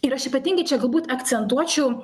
ir aš ypatingai čia galbūt akcentuočiau